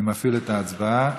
אני מפעיל את ההצבעה.